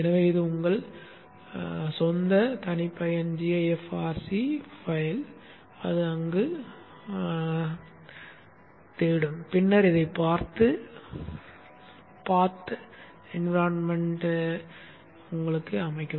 எனவே இது உங்கள் சொந்த தனிப்பயன் gaf rc கோப்பு அது அங்கு தேடும் பின்னர் இதைப் பார்த்து பாதை சூழல் பாதையை அமைக்கும்